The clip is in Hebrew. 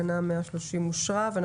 תקנה 130 אושרה פה אחד.